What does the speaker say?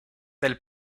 del